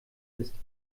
ist